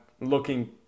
looking